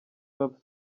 hop